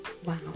wow